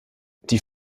die